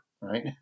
Right